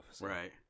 Right